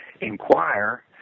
inquire